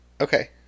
Okay